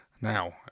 Now